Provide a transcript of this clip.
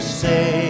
say